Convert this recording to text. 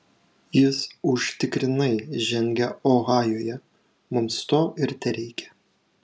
jis užtikrinai žengia ohajuje mums to ir tereikia